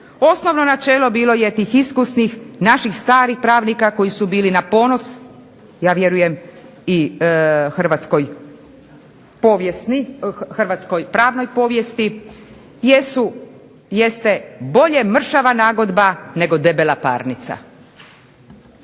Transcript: Osnovno načelo bilo je tih iskusnih, naših starih pravnika koji su bili na ponos, ja vjerujem i hrvatskoj pravnoj povijesti, jeste bolje mršava nagodba, nego debela parnica.